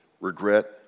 regret